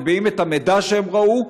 מביאים את המידע שהם ראו,